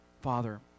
Father